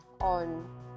on